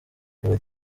kuva